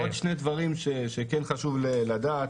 עוד שני דברים שכן חשוב לדעת.